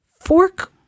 fork